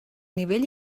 nivell